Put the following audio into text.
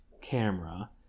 camera